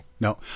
No